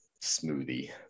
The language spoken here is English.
smoothie